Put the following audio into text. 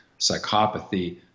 psychopathy